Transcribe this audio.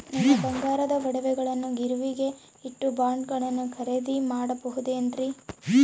ನನ್ನ ಬಂಗಾರದ ಒಡವೆಗಳನ್ನ ಗಿರಿವಿಗೆ ಇಟ್ಟು ಬಾಂಡುಗಳನ್ನ ಖರೇದಿ ಮಾಡಬಹುದೇನ್ರಿ?